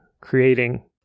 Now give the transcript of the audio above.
creating